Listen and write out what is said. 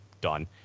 done